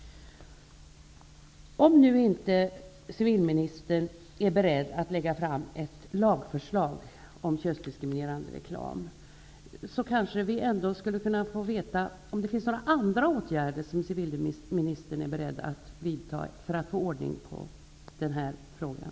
Om nu inte civilministern är beredd att lägga fram ett lagförslag om könsdiskriminerande reklam, så kanske vi ändå skulle kunna få veta om det finns några andra åtgärder som civilministern är beredd att vidta för att få ordning på den här frågan.